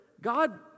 God